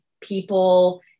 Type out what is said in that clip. People